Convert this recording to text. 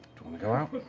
to go out?